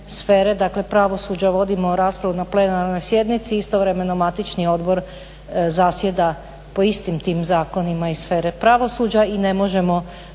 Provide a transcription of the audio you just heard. dakle pravosuđa, vodimo raspravu na plenarnoj sjednici i istovremeno matični odbor zasjeda po istim tim zakonima iz sfere pravosuđa i ne možemo